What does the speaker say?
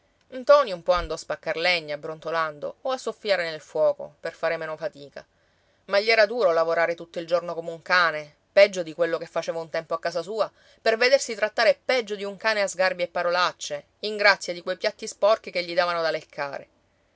piedi ntoni un po andò a spaccar legna brontolando o a soffiare nel fuoco per fare meno fatica ma gli era duro lavorare tutto il giorno come un cane peggio di quello che faceva un tempo a casa sua per vedersi trattare peggio di un cane a sgarbi e parolacce in grazia di quei piatti sporchi che gli davano da leccare